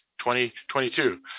2022